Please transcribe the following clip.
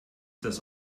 das